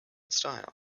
style